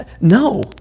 No